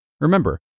Remember